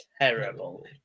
terrible